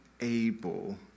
able